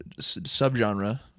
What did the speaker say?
subgenre